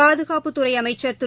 பாதுகாப்புத்துறை அமைச்ச் திரு